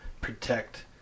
protect